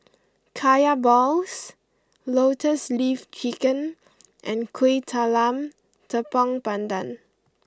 Kaya Balls Lotus Leaf Chicken and Kuih Talam Tepong Pandan